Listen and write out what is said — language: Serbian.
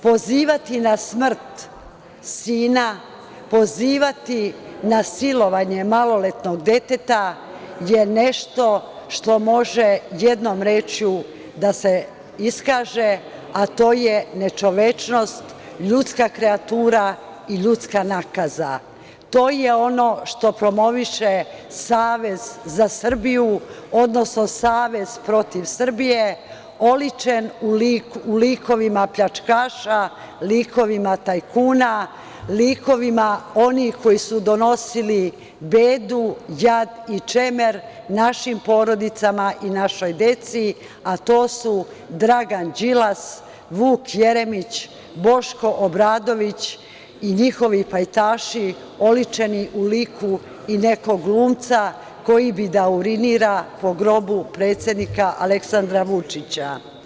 Pozivati na smrt sina, pozivati na silovanje maloletnog deteta je nešto što može jednom rečju da se iskaže, a to je nečovečnost, ljudska kreatura i ljudska nakaza, to je ono što promoviše Savez za Srbiju, odnosno savez protiv Srbije, oličen u likovima tajkuna, likovima onih koji su donosili bedu, jad i čemer našim porodicama i našoj deci, a to su Dragan Đilas, Vuk Jeremić, Boško Obradović i njihovi pajtaši, oličeni u liku i nekog glumca koji bi da urinira po grobu predsednika Aleksandra Vučića.